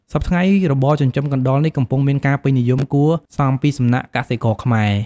សព្វថ្ងៃរបរចិញ្ចឹមកណ្តុរនេះកំពុងមានការពេញនិយមគួរសមពីសំណាក់កសិករខ្មែរ។